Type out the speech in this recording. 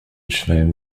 schwelm